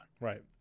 right